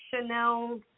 Chanel